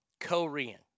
Korean